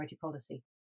policy